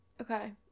Okay